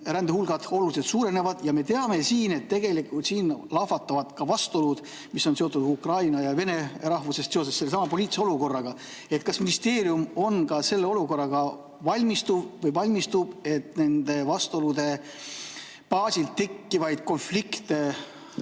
rändehulgad oluliselt suurenevad. Me teame, et tegelikult siin lahvatavad ka vastuolud, mis on seotud ukraina ja vene rahvusega ning sellesama poliitilise olukorraga. Kas ministeerium on selleks olukorraks valmistunud või valmistub, et nende vastuolude baasilt tekkivaid konflikte